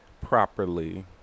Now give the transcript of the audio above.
properly